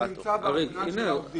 הוא נמצא ברשימה של העובדים.